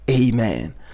Amen